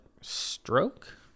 stroke